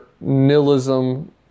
nihilism